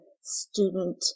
student